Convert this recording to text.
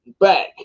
back